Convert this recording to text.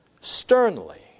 sternly